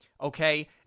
okay